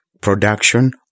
production